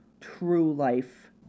true-life